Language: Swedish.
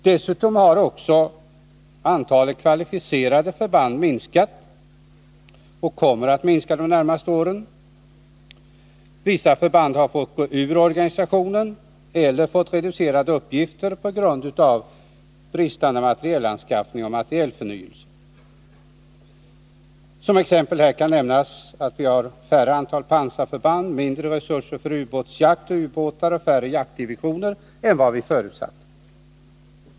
Dessutom har antalet kvalificerade förband minskat och kommer att minska de närmaste åren. Vissa förband har fått utgå ur organisationen eller fått reducerade uppgifter på grund av bristande materielanskaffning och materielförnyelse. Som exempel därpå kan nämnas att vi har färre pansarförband, mindre resurser för ubåtsjakt och ubåtar samt färre jaktdivisioner än vad vi förutsatte i 1977 års försvarsbeslut.